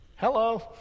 Hello